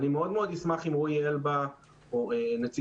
אני מאוד מאוד אשמח עם רועי אלבה או נציגי